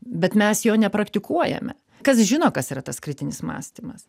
bet mes jo nepraktikuojame kas žino kas yra tas kritinis mąstymas